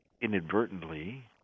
inadvertently